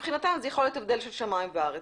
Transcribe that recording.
מבחינתם זה יכול להיות הבדל של שמיים וארץ.